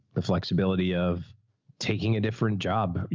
the flexibility of taking a different job.